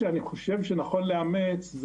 שאני חושב שנכון לאמץ,